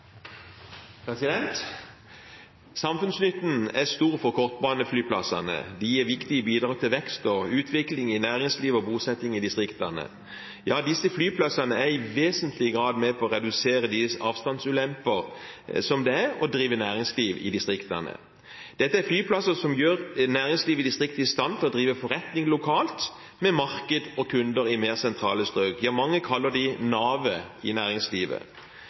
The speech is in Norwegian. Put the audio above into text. Samfunnsnytten er stor for kortbaneflyplassene. De gir viktige bidrag til vekst og utvikling i næringsliv og bosetting i distriktene, ja, disse flyplassene er i vesentlig grad med på å redusere de avstandsulemper som er ved å drive næringsliv i distriktene. Dette er flyplasser som gjør næringsliv i distriktene i stand til å drive forretning lokalt, med marked og kunder i mer sentrale strøk – ja, mange kaller dem navet i næringslivet.